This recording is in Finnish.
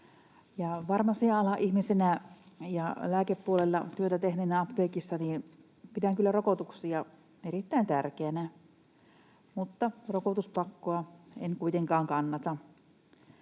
Farmasia-alan ihmisenä ja lääkepuolella työtä apteekissa tehneenä pidän kyllä rokotuksia erittäin tärkeinä, mutta rokotuspakkoa en kuitenkaan kannata.